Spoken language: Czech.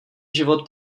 život